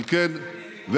על כן אנחנו